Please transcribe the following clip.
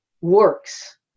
works